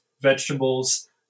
vegetables